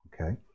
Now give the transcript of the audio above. okay